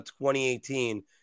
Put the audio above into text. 2018